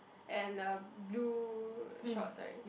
and a blue shorts right